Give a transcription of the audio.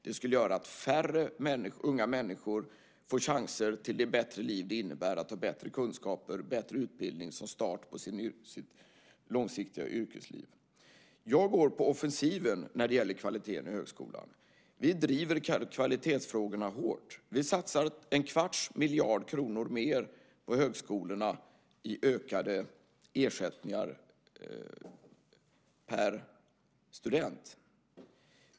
Det skulle göra att färre unga människor får chans till det bättre liv det innebär att ha bättre kunskaper, bättre utbildning som start på sitt långsiktiga yrkesliv. Jag går på offensiven när det gäller kvaliteten i högskolan. Vi driver kvalitetsfrågorna hårt. Vi satsar 1⁄4 miljard kronor mer på högskolorna i ökade ersättningar per student.